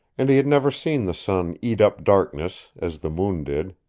and he had never seen the sun eat up darkness, as the moon did.